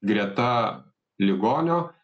greta ligonio